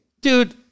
Dude